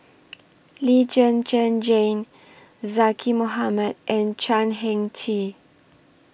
Lee Zhen Zhen Jane Zaqy Mohamad and Chan Heng Chee